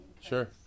Sure